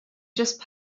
just